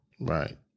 Right